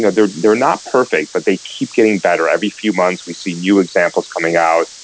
know, they they are not perfect but they keep getting better. every few months we see new examples coming out.